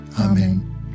Amen